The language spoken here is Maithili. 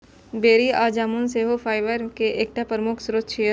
बेरी या जामुन सेहो फाइबर के एकटा प्रमुख स्रोत छियै